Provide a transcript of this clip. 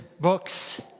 books